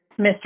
Mr